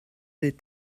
des